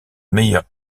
meilleure